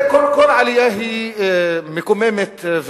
כל עלייה היא מקוממת.